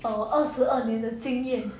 找我二十二年的经验